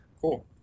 Cool